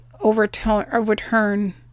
overturn